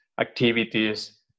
activities